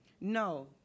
No